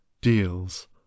deals